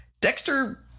Dexter